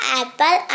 apple